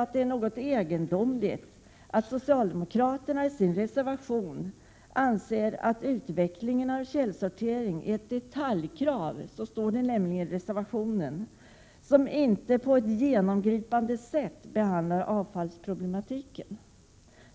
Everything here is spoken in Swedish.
Det är därför något egendomligt att socialdemokraterna i sin reservation säger att förslagen om utvecklingen när det gäller källsortering har formen av detaljkrav—så står det nämligen i deras reservation — som inte på ett genomgripande sätt gör det möjligt att behandla avfallsproblematiken.